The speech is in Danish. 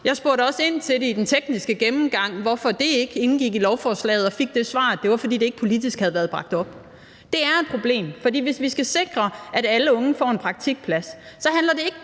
Jeg spurgte også ved den tekniske gennemgang ind til, hvorfor det ikke indgik i lovforslaget, og fik det svar, at det var, fordi det ikke politisk havde været bragt op. Det er et problem, for hvis vi skal sikre, at alle unge får en praktikplads, så handler det ikke